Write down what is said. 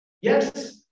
Yes